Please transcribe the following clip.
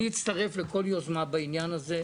אני אצטרף לכל יוזמה בעניין הזה.